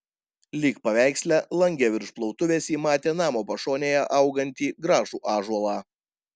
lyg paveiksle lange virš plautuvės ji matė namo pašonėje augantį gražų ąžuolą